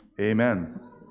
Amen